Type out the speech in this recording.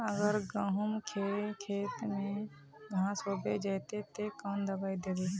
अगर गहुम के खेत में घांस होबे जयते ते कौन दबाई दबे?